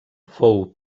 fou